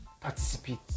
participate